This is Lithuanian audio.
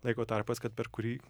laiko tarpas kad per kurį